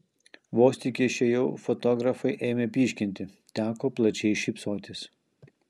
vos tik išėjau fotografai ėmė pyškinti teko plačiai šypsotis